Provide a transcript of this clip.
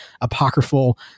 apocryphal